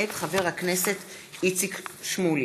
מאת חברות הכנסת עאידה תומא סלימאן